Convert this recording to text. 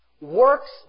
works